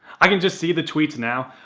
i can just see the tweets now,